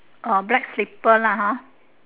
a black slipper lah hor